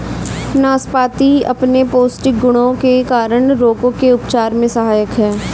नाशपाती अपने पौष्टिक गुणों के कारण रोगों के उपचार में सहायक है